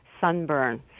sunburn